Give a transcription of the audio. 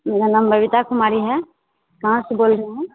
मेरा नाम बबीता कुमारी है कहाँ से बोल रहे हैं